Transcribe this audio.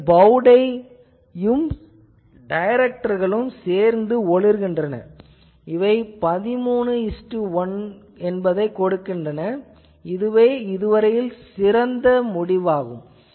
மேலும் பௌ டையும் டைரக்டர்களும் சேர்ந்து ஒளிர்கின்றன இவை 131 கொடுக்கின்றன இதுவே இதுவரையில் சிறந்ததாகும்